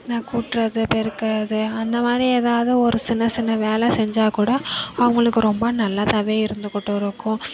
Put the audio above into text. நான் கூட்டுறது பெருக்கிறது அந்த மாதிரி எதாவது ஒரு சின்ன சின்ன வேலை செஞ்சால் கூட அவங்களுக்கு ரொம்ப நல்லதாகவே இருந்துகிட்டு இருக்கும்